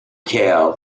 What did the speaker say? cao